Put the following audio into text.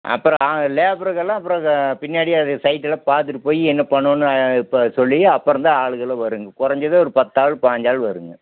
அப்புறம் லேபர்க்கெல்லாம் அப்புறம் பின்னாடியே அது சைட்டெல்லாம் பார்த்துட்டு போய் என்ன பண்ணனும் இப்போ சொல்லி அப்புறந்தான் ஆளுகல்லாம் வருங்க குறஞ்சது ஒரு பத்தாள் பாஞ்சாள் வரும்ங்க